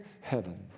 heaven